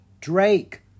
Drake